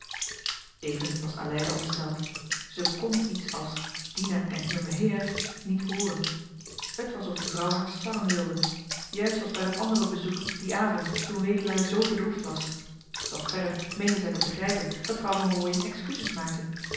even was aleida ontsteld ze kon iets als dina en hier meheir niet hooren het was of die vrouw haar sarren wilde juist als bij dat andere bezoek dien avond toen wedelaar z bedroefd was doch verder meende zij te begrijpen dat vrouw van rooien excuses maakte